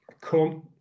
come